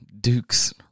Duke's